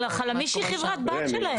חלמיש היא חברה בת שלהם.